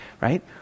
right